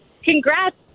Congrats